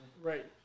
Right